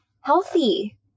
healthy